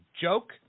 joke